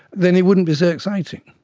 then it wouldn't be so exciting.